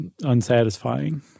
unsatisfying